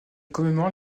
commémore